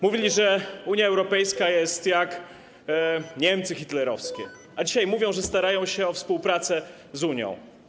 Mówili, że Unia Europejska jest jak Niemcy hitlerowskie, a dzisiaj mówią, że starają się o współpracę z Unią.